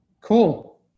Cool